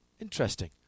interesting